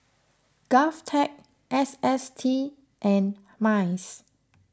Govtech S S T and Mice